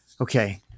Okay